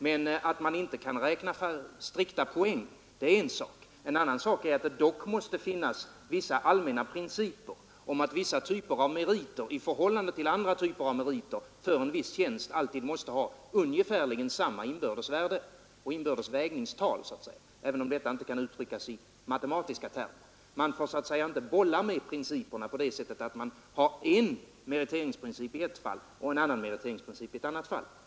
Men att man inte kan räkna strikta poäng är en sak, en annan sak är att det dock måste finnas vissa allmänna principer om att vissa typer av meriter i förhållande till andra typer av meriter för en viss tjänst alltid måste ha ungefär samma inbördes värde och inbördes vägningstal, även om detta inte kan uttryckas i matematiska termer. Man får så att säga inte bolla med principerna på det sättet att man har en meriteringsprincip i ett fall och en annan meriteringsprincip i ett annat fall.